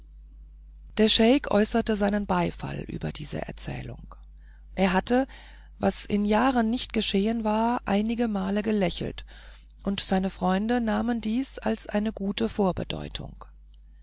der scheik äußerte seinen beifall über diese erzählung er hatte was in jahren nicht geschehen war einigemal gelächelt und seine freunde nahmen dies als eine gute vorbedeutung